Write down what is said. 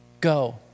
Go